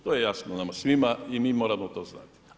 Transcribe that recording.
To je jasno nama svima i mi moramo to znati.